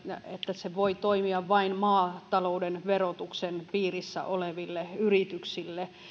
se voi toimia vain maatalouden verotuksen piirissä oleville yrityksille